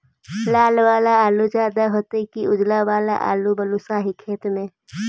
लाल वाला आलू ज्यादा दर होतै कि उजला वाला आलू बालुसाही खेत में?